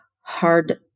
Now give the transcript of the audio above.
hard